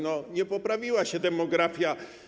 Nie poprawiła się demografia.